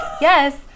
yes